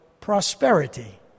prosperity